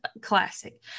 Classic